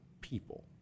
people